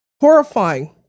Horrifying